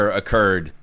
occurred